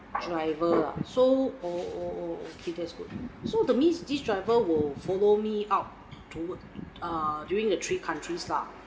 driver ah so oh oh okay that's good so that means this driver will follow me out dur~ ah during the three countries lah